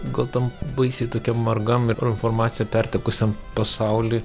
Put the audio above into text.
gal tam baisiai tokiam margam mikroinformacija pertekusiam pasauly